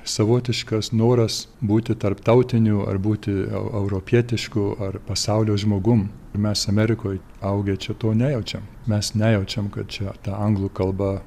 savotiškas noras būti tarptautiniu ar būti eu europietišku ar pasaulio žmogum ir mes amerikoj augę čia to nejaučiam mes nejaučiam kad čia ta anglų kalba